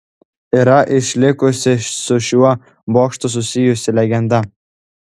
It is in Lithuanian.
yra išlikusi su šiuo bokštu susijusi legenda